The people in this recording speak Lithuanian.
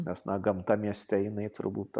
nes na gamta mieste jinai turbūt